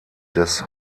des